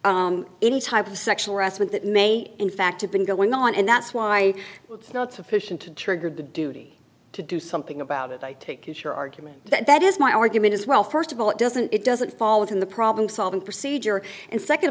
correct any type of sexual harassment that may in fact have been going on and that's why it's not sufficient to trigger the duty to do something about it i take it your argument that that is my argument is well first of all it doesn't it doesn't fall within the problem solving procedure and second